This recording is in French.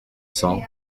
cents